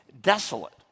desolate